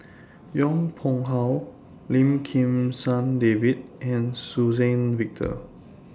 Yong Pung How Lim Kim San David and Suzann Victor